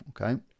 Okay